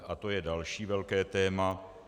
A to je další velké téma.